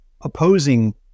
opposing